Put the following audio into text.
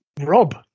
rob